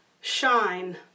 shine